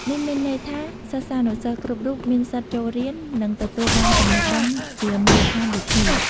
នេះមានន័យថា សិស្សានុសិស្សគ្រប់រូបមានសិទ្ធិចូលរៀន និងទទួលបានចំណេះដឹងជាមូលដ្ឋានដូចគ្នា។